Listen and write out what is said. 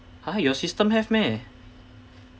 !huh! your system have meh